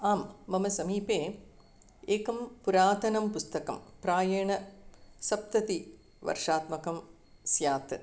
आम् मम समीपे एकं पुरातनं पुस्तकं प्रायेण सप्ततिवर्षात्मकं स्यात्